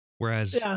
Whereas